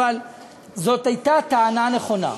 אבל זאת הייתה טענה נכונה.